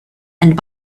and